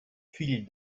fill